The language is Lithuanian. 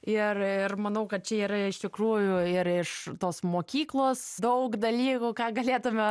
ir ir manau kad čia yra iš tikrųjų ir iš tos mokyklos daug dalykų ką galėtume